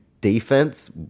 defense